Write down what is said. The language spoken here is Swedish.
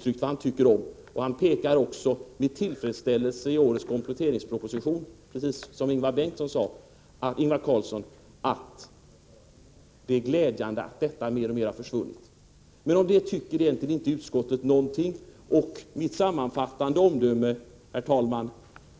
Finansministern pekar också i årets kompetteringsproposition med tillfredsställelse på, precis som Ingvar Karlsson i Bengtsfors sade, att det är glädjande att dessa företeelser mer och mer har försvunnit. Men om det tycker utskottet egentligen inte någonting. Mitt sammanfattande omdöme